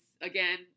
again